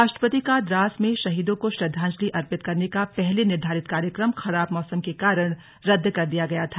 राष्ट्रपति का द्रास में शहीदों को श्रद्वांजलि अर्पित करने का पहले निर्धारित कार्यक्रम खराब मौसम के कारण रद्द कर दिया गया था